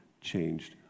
changed